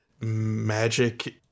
magic